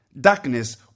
darkness